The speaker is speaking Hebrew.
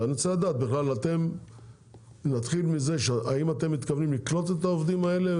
אני רוצה להתחיל מהשאלה האם אתם מתכוונים לקלוט את העובדים האלו?